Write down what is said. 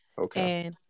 okay